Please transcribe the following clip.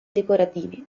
decorativi